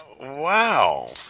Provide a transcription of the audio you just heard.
wow